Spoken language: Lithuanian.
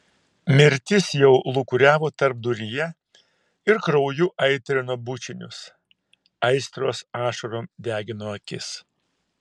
mirtis jau lūkuriavo tarpduryje ir krauju aitrino bučinius aistros ašarom degino akis